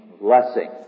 blessing